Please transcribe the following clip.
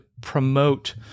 promote